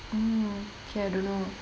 mm okay I don't know